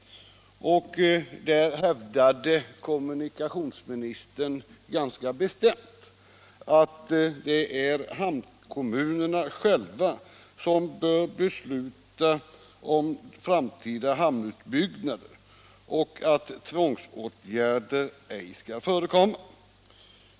Där hävdade kommunikationsministern ganska bestämt att det är hamnkommunerna själva som bör besluta om framtida hamnutbyggnader, och att tvångsåtgärder ej skall förekomma.